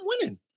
winning